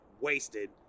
wasted